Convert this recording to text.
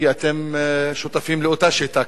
כי אתם שותפים לאותה שיטה כלכלית.